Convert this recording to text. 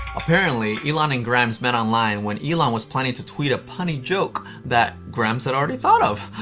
apparently, elon and grimes met online when elon was planning to tweet a punny joke that grimes had already thought of.